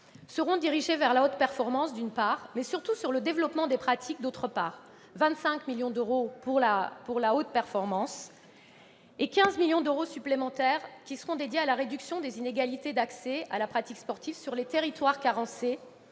d'une part, vers la haute performance et, d'autre part et surtout, vers le développement des pratiques : 25 millions d'euros pour la haute performance et 15 millions d'euros supplémentaires alloués à la réduction des inégalités d'accès à la pratique sportive sur les territoires carencés,